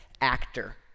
actor